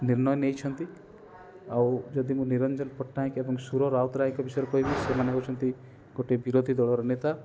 ନିର୍ଣ୍ଣୟ ନେଇଛନ୍ତି ଆଉ ଯଦି ମୁଁ ନିରଞ୍ଜନ ପଟ୍ଟନାୟକ ଏବଂ ସୁର ରାଉତରାୟଙ୍କ ବିଷୟରେ କହିବି ସେମାନେ ହେଉଛନ୍ତି ଗୋଟେ ବିରୋଧୀ ଦଳର ନେତା